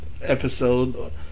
episode